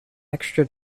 extra